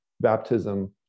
baptism